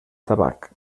tabac